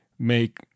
make